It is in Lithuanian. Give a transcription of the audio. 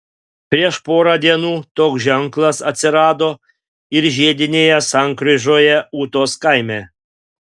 prieš porą dienų toks ženklas atsirado ir žiedinėje sankryžoje ūtos kaime